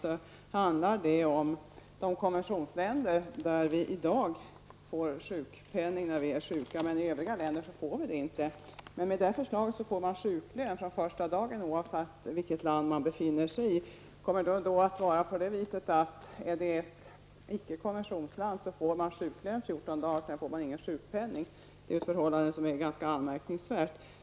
Frågan berörde de konventionsländer där vi i dag får sjukpenning när vi är sjuka men inte i övriga länder. Med det nuvarande förslaget får man sjuklön från första dagen oavsett vilket land man befinner sig i. Kommer det då vara så att i ett ickekonventionsland får man sjuklön i 14 dagar och därefter ingen sjukpenning? Det är ett förhållande som är ganska anmärkningsvärt.